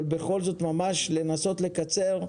בכל זאת נסה לקצר,